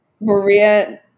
Maria